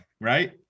right